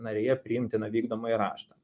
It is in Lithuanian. narėje priimtiną vykdomąjį raštą